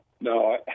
No